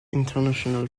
international